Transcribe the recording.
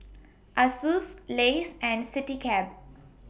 Asus Lays and Citycab